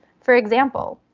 for example,